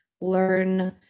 learn